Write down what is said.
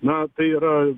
na tai yra